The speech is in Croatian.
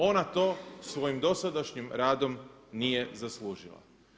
Ona to svojim dosadašnjim radom nije zaslužila.